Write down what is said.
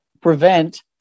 prevent